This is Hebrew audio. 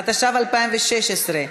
התשע"ו 2016,